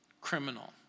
criminal